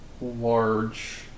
large